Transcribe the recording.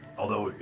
although,